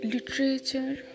Literature